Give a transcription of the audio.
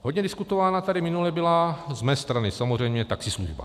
Hodně diskutována tady minule byla z mé strany samozřejmě taxislužba.